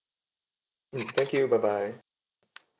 mm thank you bye bye